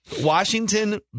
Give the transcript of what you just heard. Washington